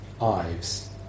Ives